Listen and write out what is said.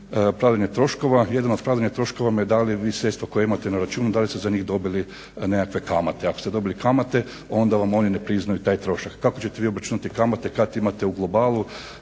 pravdanje troškova jedan od pravdanja troškova… jer vi sredstva koja imate na računu da li ste za njih dobili nekakve kamate. Ako ste dobili kamate onda vam oni ne priznaju taj trošak. Kako ćete vi obračunati kamate kad imate u globalu